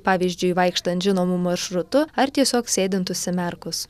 pavyzdžiui vaikštant žinomu maršrutu ar tiesiog sėdint užsimerkus